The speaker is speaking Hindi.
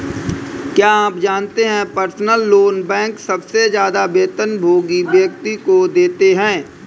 क्या आप जानते है पर्सनल लोन बैंक सबसे ज्यादा वेतनभोगी व्यक्ति को देते हैं?